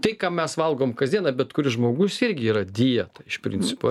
tai ką mes valgom kasdieną bet kuris žmogus irgi yra dieta iš principo